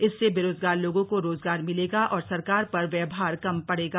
इससे बेरोजगार लोगों को रोजगार मिलेगा और सरकार पर व्ययभार कम पड़ेगा